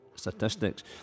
statistics